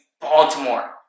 Baltimore